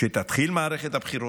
כשתתחיל מערכת הבחירות,